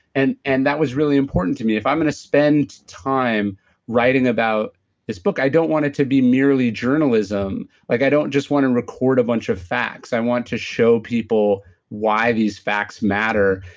and and that was really important to me. if i'm going to spend time writing about this book, i don't want it to be merely journalism. like i don't just want to record a bunch of facts. i want to show people why these facts matter,